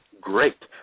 great